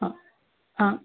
हो हां